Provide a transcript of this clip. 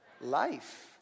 life